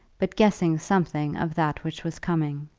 but guessing something of that which was coming.